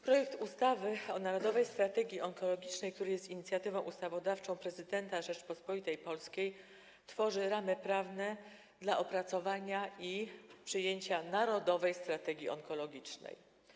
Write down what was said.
Projekt ustawy o Narodowej Strategii Onkologicznej, który jest inicjatywą ustawodawczą prezydenta Rzeczypospolitej Polskiej, tworzy ramy prawne dla opracowania i przyjęcia Narodowej Strategii Onkologicznej.